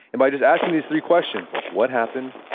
and by just asking these three questions, like what happened?